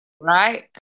right